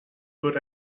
good